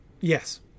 Yes